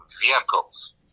vehicles